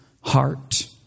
heart